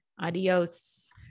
Adios